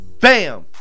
bam